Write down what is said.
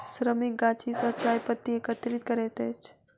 श्रमिक गाछी सॅ चाय पत्ती एकत्रित करैत अछि